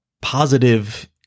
positive